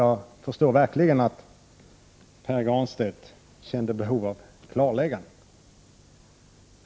Jag förstår verkligen att Pär Granstedt kände behov av klarlägganden.